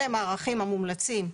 אלה הם הערכים המומלצים.